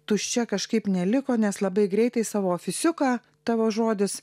tuščia kažkaip neliko nes labai greitai savo ofisiuką tavo žodis